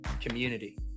community